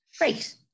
Great